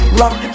rock